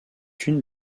une